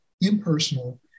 impersonal